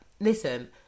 listen